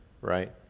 right